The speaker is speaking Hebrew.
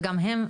וגם הם.